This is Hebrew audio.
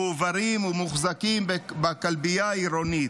מועברים ומוחזקים בכלבייה העירונית.